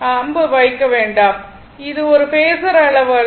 அம்பு வைக்க வேண்டாம் இது ஒரு பேஸர் அளவு அல்ல